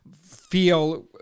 feel